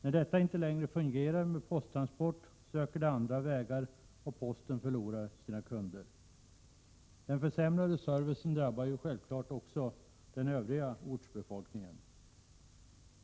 När det inte längre fungerar med posttransport söker man andra vägar, och posten förlorar då kunder. Den försämrade servicen drabbar självfallet också den övriga ortsbefolkningen.